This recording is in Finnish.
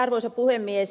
arvoisa puhemies